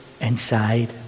inside